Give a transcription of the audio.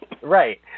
Right